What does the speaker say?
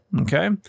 okay